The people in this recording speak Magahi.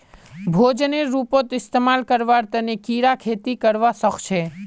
भोजनेर रूपत इस्तमाल करवार तने कीरा खेती करवा सख छे